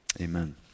amen